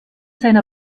seiner